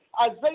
Isaiah